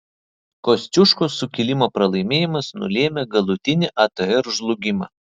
kosciuškos sukilimo pralaimėjimas nulėmė galutinį atr žlugimą